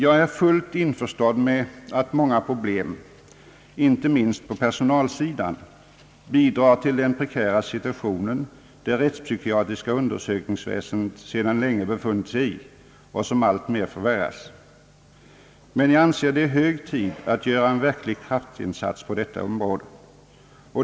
Jag är fullt införstådd med att många problem — inte minst på personalsidan — bidrar till den prekära situation som det rättspsykiatriska - undersökningsväsendet «sedan länge befunnit sig i och som alltmer förvärras. Men jag anser att det är hög tid att göra en verklig kraftinsats på detta område.